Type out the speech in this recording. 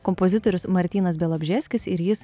kompozitorius martynas bialobžeskis ir jis